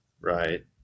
right